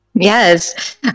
Yes